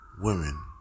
Women